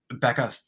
Becca